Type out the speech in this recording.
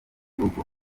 rugo